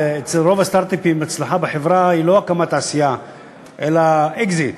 ברוב הסטרט-אפים הצלחה בחברה היא לא הקמת תעשייה אלא אקזיט,